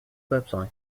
website